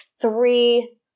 three